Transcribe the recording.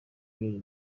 ibibazo